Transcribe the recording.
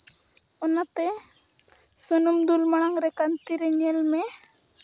ᱚᱱᱟᱛᱮ ᱥᱩᱱᱩᱢ ᱫᱩᱞ ᱢᱟᱲᱟᱝ ᱨᱮ ᱠᱟᱱᱛᱤ ᱨᱮ ᱧᱮᱞ ᱢᱮ